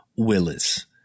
Willis